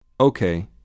Okay